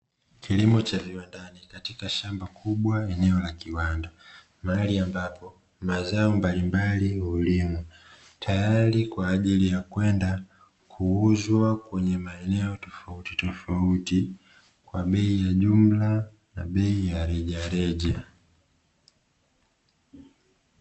Kilimo cha viwandani katika shamba kubwa eneo la kiwanda, mahali ambapo mazao mbalimbali hulimwa tayari kwa ajili ya kwenda kuuzwa kwenye maeneo tofauti tofauti kwa bei ya jumla na bei ya rejareja.